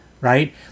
right